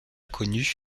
connu